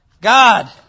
God